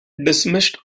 dismissed